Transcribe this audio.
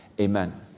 Amen